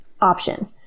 option